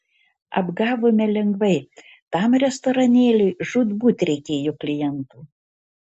apgavome lengvai tam restoranėliui žūtbūt reikėjo klientų